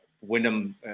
Wyndham